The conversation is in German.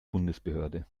bundesbehörde